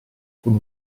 con